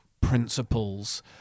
principles